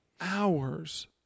hours